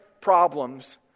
problems